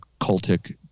cultic